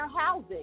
housing